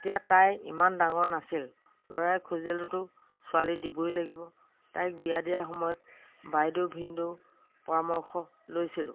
তেতিয়া তাই ইমান ডাঙৰ নাছিল ল'ৰাই খুজিলতো ছোৱালী দিবই লাগিব তাইক বিয়া দিয়াৰ সময়ত বাইদেউ ভিনদেউৰ পৰামৰ্শ লৈছিলোঁ